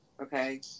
okay